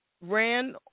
ran